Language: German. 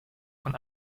von